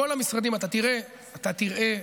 בכל המשרדים אתה תראה, אתה תראה,